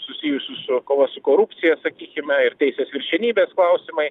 susijusių su kova su korupcija sakykime ir teisės viršenybės klausimai